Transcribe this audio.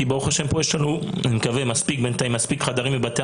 כי ברוך השם פה יש לנו בינתיים מספיק חדרים בבתי